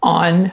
on